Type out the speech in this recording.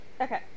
okay